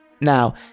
Now